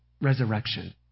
resurrection